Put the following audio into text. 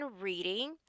reading